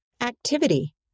Activity